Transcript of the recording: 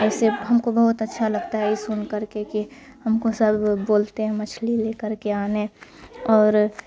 ایسے ہم کو بہت اچھا لگتا ہے یہ سن کر کے کہ ہم کو سب بولتے ہیں مچھلی لے کر کے آنے اور